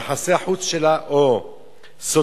יחסי החוץ שלה או סודותיה,